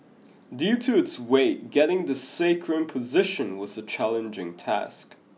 due to its weight getting the sacrum position was a challenging task